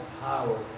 power